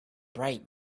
bright